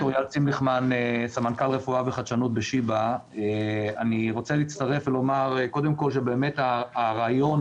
שלום לכולם, אני רוצה להצטרף ולומר שהרעיון